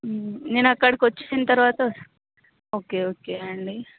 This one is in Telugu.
నేను అక్కడికి వచ్చిన తరువాత వస్తే ఓకే ఓకే అండి